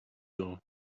door